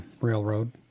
railroad